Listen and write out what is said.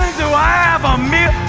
do i have a meal,